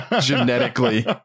Genetically